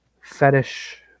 fetish